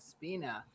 Spina